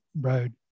road